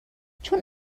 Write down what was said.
چون